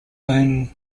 own